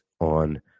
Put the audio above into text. on